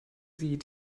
sie